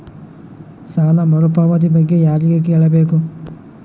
ಸಾಲ ಮರುಪಾವತಿ ಬಗ್ಗೆ ಯಾರಿಗೆ ಕೇಳಬೇಕು?